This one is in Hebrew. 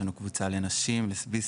יש לנו קבוצה לנשים לסביות,